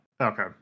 okay